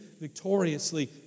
victoriously